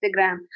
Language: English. Instagram